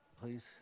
please